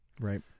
Right